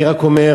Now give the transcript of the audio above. אני רק אומר: